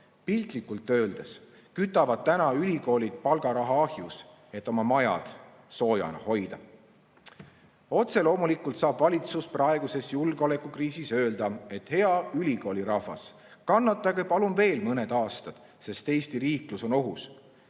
Piltlikult öeldes kütavad ülikoolid palgarahaga ahju, et oma majad soojana hoida. Otse loomulikult saab valitsus praeguses julgeolekukriisis öelda, et hea ülikoolirahvas, kannatage palun veel mõned aastad, sest Eesti riiklus on ohus.